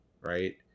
right